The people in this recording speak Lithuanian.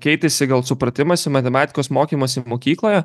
keitėsi gal supratimas į matematikos mokymąsi mokykloje